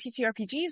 TTRPGs